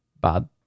bad